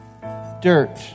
dirt